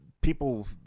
people